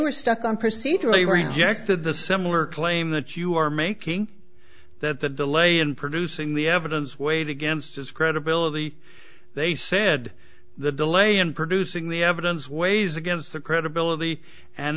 were stuck on procedurally were ingested the similar claim that you are making that the delay in producing the evidence weighed against its credibility they said the delay in producing the evidence weighs against the credibility and